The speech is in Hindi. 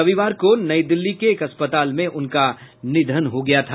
रविवार को नई दिल्ली के एक अस्पताल में उनका निधन हो गया था